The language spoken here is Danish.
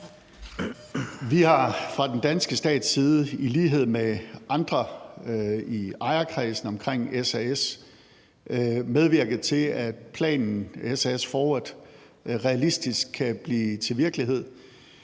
Vi har fra den danske stats side i lighed med andre i ejerkredsen omkring SAS medvirket til, at planen »SAS Forward« realistisk kan blive til virkelighed.